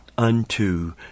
unto